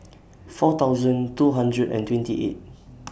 four thousand two hundred and twenty eight